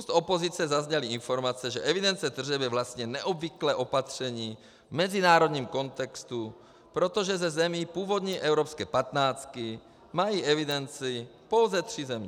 Z úst opozice zazněly informace, že evidence tržeb je vlastně neobvyklé opatření v mezinárodním kontextu, protože ze zemí původní evropské patnáctky mají evidenci pouze tři země.